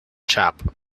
chap